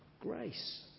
grace